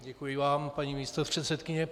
Děkuji vám, paní místopředsedkyně.